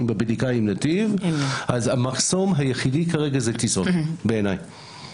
בבדיקה עם נתיב אז המחסום היחידי כרגע זה טיסות ברוסיה.